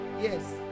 Yes